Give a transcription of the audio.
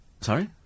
sorry